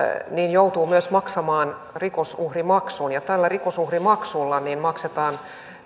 joutuu myös maksamaan rikosuhrimaksun ja tällä rikosuhrimaksulla maksetaan